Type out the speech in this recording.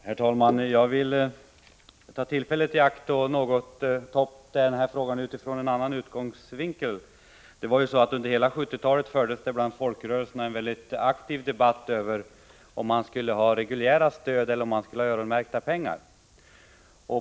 Herr talman! Jag vill ta tillfället i akt att något beröra den här frågan utifrån en annan utgångspunkt. Under hela 1970-talet fördes bland folkrörelserna en mycket aktiv debatt om huruvida man skulle ha reguljära stöd eller s.k. öronmärkta pengar.